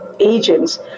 agents